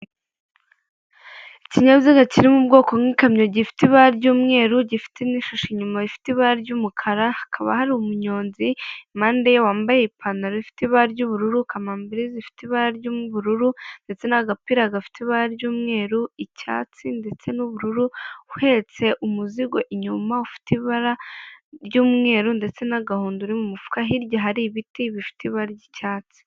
Ikinyabiziga kiri mu bwoko nk'ikamyo gifite ibara ry'umweru gifite n'ishusho inyuma bifite ibara ry'umukara hakaba hari umunyonzi imbere wambaye ipantaro ifite ibara ry'ubururu kamambiri zifite ibara ry'ubururu ndetse n'agapira gafite ibara ry'umweru icyatsi ndetse n'ubururu uhetse umuzigo inyuma ufite ibara ry'umweru ndetse n'agahondo uri mu mufuka hirya hari ibiti bifite ibara ry'icyatsi.